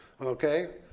Okay